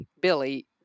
Billy